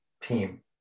team